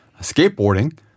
skateboarding